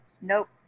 nope